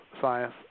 Science